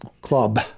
club